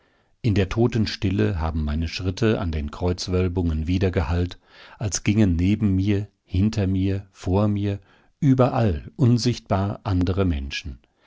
in der totenstille haben meine schritte an den kreuzwölbungen widergehallt als gingen neben mir hinter mir vor mir überall unsichtbar andere menschen